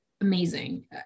amazing